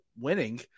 winning